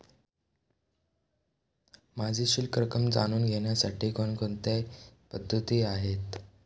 माझी शिल्लक रक्कम जाणून घेण्यासाठी कोणकोणत्या पद्धती आहेत?